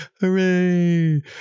Hooray